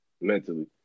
mentally